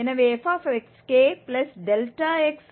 எனவே fxk∆xfxk12